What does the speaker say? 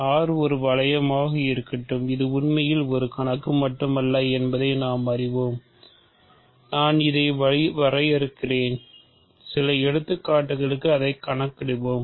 R ஒரு வளையமாக இருக்கட்டும் இது உண்மையில் ஒரு கணக்கு மட்டுமல்ல என்பதை நாம் அறிவோம் நான் இதை வரையறுக்கிறேன் சில எடுத்துக்காட்டுகளுக்கு அதை கணக்கிடுவோம்